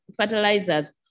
fertilizers